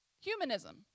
Humanism